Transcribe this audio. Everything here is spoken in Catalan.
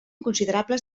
considerables